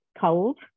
cold